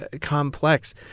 complex